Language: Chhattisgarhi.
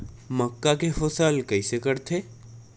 मक्का के फसल कइसे करथे?